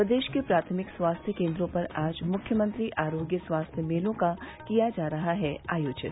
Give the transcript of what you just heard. प्रदेश के प्राथमिक स्वास्थ्य केन्द्रों पर आज मुख्यमंत्री आरोग्य स्वास्थ्य मेलों का किया जा रहा है आयोजन